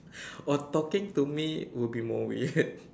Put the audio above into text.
or talking to me will be more weird